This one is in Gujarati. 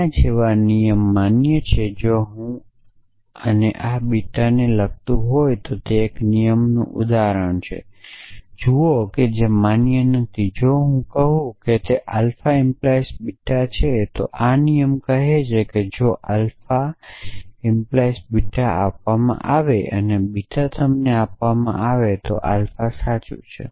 આના જેવા નિયમ માન્ય છે જો આ અને આ બીટાને લગતું હોય તો એક નિયમનું ઉદાહરણ જુઓ કે જે માન્ય નથી જો હું કહું છું કે આલ્ફા 🡪 બીટા છે આ નિયમ આ કહે છે કે જો આલ્ફા 🡪 બીટા આપવામાં આવે છે અને બીટા તમને આપવામાં આવે છે તો આલ્ફા સાચું છે